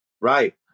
Right